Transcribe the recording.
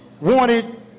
wanted